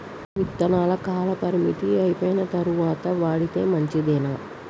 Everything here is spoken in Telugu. రైతులు విత్తనాల కాలపరిమితి అయిపోయిన తరువాత వాడితే మంచిదేనా?